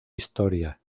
historia